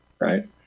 right